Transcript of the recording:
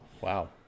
Wow